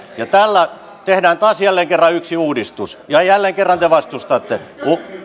ja tällä tehdään taas jälleen kerran yksi uudistus ja jälleen kerran te vastustatte